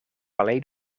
alleen